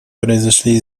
произошли